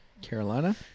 Carolina